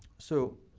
so,